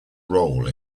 role